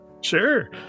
Sure